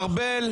ארבל,